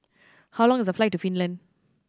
how long is the flight to Finland